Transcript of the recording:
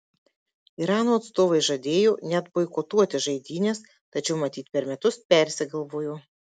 irano atstovai žadėjo net boikotuoti žaidynes tačiau matyt per metus persigalvojo